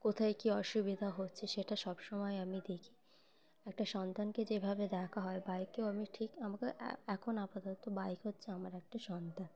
কোথায় কী অসুবিধা হচ্ছে সেটা সব সময় আমি দেখি একটা সন্তানকে যেভাবে দেখা হয় বাইককেও আমি ঠিক আমাকে এখন আপাতত বাইক হচ্ছে আমার একটা সন্তান